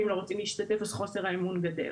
ואם לא רוצים להשתתף אז חוסר האמון גדל.